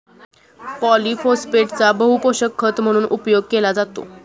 पॉलिफोस्फेटचा बहुपोषक खत म्हणून उपयोग केला जातो